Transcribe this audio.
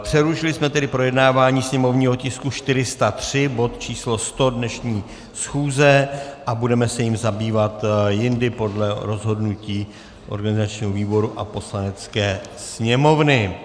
Přerušili jsme tedy projednávání sněmovního tisku 403, bod č. 100 dnešní schůze, a budeme se jím zabývat jindy podle rozhodnutí organizačního výboru a Poslanecké sněmovny.